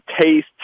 taste